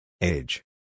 Age